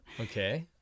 Okay